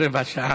רבע שעה.